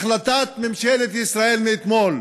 החלטת ממשלת ישראל מאתמול,